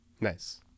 nice